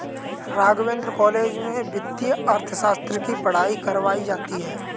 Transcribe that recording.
Raghavendra college में वित्तीय अर्थशास्त्र की पढ़ाई करवायी जाती है